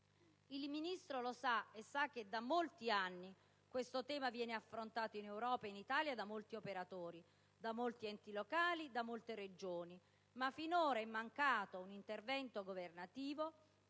Il Ministro lo sa e sa che da molti anni questo tema viene affrontato in Europa e in Italia da molti operatori, da molti enti locali e da molte Regioni, ma finora è mancato un intervento governativo